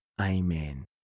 Amen